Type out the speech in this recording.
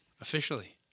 officially